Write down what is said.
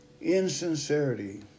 insincerity